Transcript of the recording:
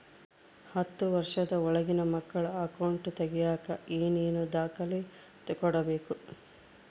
ಹತ್ತುವಷ೯ದ ಒಳಗಿನ ಮಕ್ಕಳ ಅಕೌಂಟ್ ತಗಿಯಾಕ ಏನೇನು ದಾಖಲೆ ಕೊಡಬೇಕು?